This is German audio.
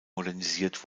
modernisiert